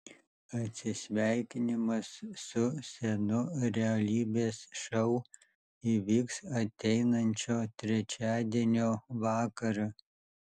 atsisveikinimas su senu realybės šou įvyks ateinančio trečiadienio vakarą